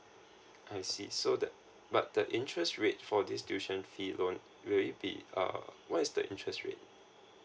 I see so the but the interest rate for this tuition fee alone will it be uh what is the interest rate